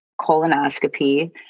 colonoscopy